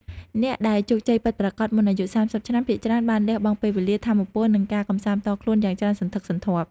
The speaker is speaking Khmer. អ្នកដែលជោគជ័យពិតប្រាកដមុនអាយុ ៣០ ឆ្នាំ ភាគច្រើនបានលះបង់ពេលវេលា ថាមពល និងការកម្សាន្តផ្ទាល់ខ្លួនយ៉ាងច្រើនសន្ធឹកសន្ធាប់។